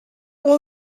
will